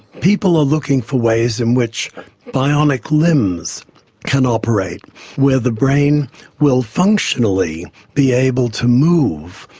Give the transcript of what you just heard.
people are looking for ways in which bionic limbs can operate where the brain will functionally be able to move,